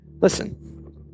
listen